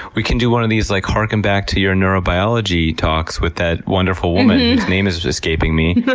we can do one of these, like, harken back to your neurobiology talks with that wonderful woman whose name is escaping me.